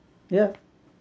yeah